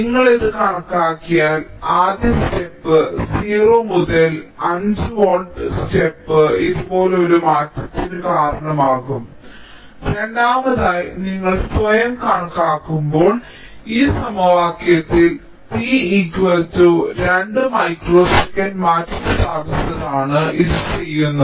നിങ്ങൾ ഇത് കണക്കാക്കിയാൽ ആദ്യ ഘട്ടം 0 മുതൽ 5 വോൾട്ട് ഘട്ടം ഇതുപോലെ ഒരു മാറ്റത്തിന് കാരണമാകും രണ്ടാമതായി നിങ്ങൾ സ്വയം കണക്കാക്കുമ്പോൾ ഈ സമവാക്യത്തിൽ t 2 മൈക്രോ സെക്കൻഡ് മാറ്റിസ്ഥാപിച്ചാണ് ഇത് ചെയ്യുന്നത്